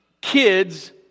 Kid's